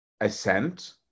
assent